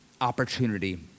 opportunity